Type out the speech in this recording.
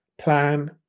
plan